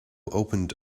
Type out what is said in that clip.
opened